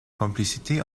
complicité